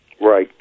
Right